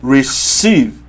Receive